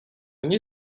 nie